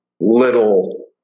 little